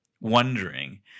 wondering